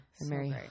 Mary